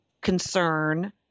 concern